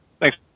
Thanks